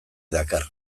dakar